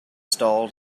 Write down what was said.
stalled